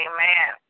Amen